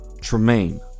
Tremaine